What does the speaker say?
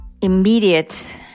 immediate